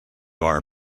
are